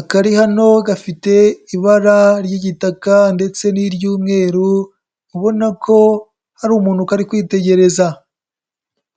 akari hano gafite ibara ry'igitaka ndetse n'iry'umweru ubona ko hari umuntu kari kwitegereza.